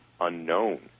unknown